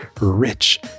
rich